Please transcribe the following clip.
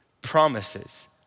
promises